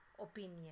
opinion